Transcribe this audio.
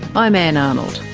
i'm ann arnold.